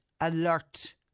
alert